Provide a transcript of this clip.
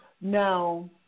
Now